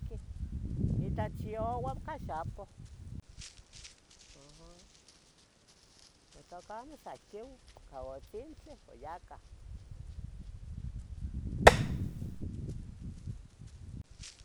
Kih, itlachiuya ica xapoh, aha Uan tla camo sa ihquiuh cauatzintleh uan yacah